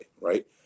right